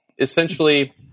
essentially